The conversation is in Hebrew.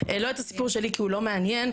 לא את הסיפור שלי כי הוא לא מעניין,